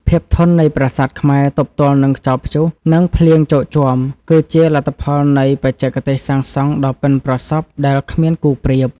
ភាពធន់នៃប្រាសាទខ្មែរទប់ទល់នឹងខ្យល់ព្យុះ និងភ្លៀងជោកជាំ គឺជាលទ្ធផលនៃបច្ចេកទេសសាងសង់ដ៏ប៉ិនប្រសប់ដែលគ្មានគូប្រៀប។